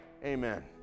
Amen